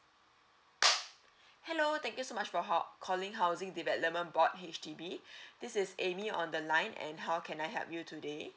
hello thank you so much for ho~ calling housing development board H_D_B this is amy on the line and how can I help you today